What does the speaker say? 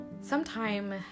Sometime